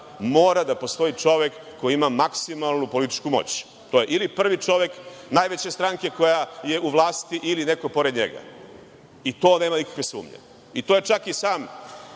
mora da postoji čovek koji ima maksimalnu političku moć. To je ili prvi čovek najveće stranke koja je u vlasti ili neko pored njega. To nema nikakve sumnje, i to je čak i sam